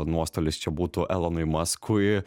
nuostolis čia būtų elonui maskui